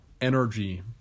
energy